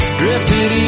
drifted